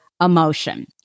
emotion